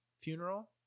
funeral